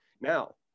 now